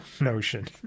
notion